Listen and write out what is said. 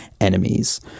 enemies